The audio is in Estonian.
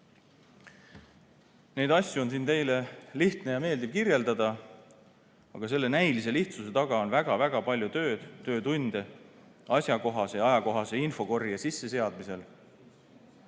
asju on siin teile lihtne ja meeldiv kirjeldada, aga selle näilise lihtsuse taga on väga-väga palju tööd, töötunde asjakohase ja ajakohase infokorje sisseseadmisel